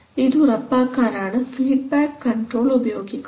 ഇതു ഉറപ്പാക്കാനാണ് feedback control ഉപയോഗിക്കുന്നത്